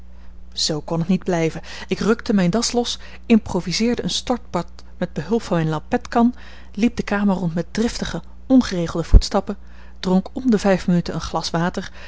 zoo kon het niet blijven ik rukte mijn das los improviseerde een stortbad met behulp van mijn lampetkan liep de kamer rond met driftige ongeregelde voetstappen dronk om de vijf minuten een glas water